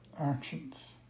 actions